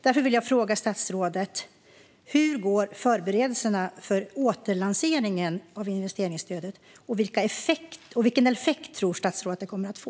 Därför vill jag fråga statsrådet: Hur går förberedelserna för återlanseringen av investeringsstödet, och vilken effekt tror statsrådet att det kommer att få?